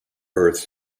earth